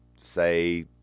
say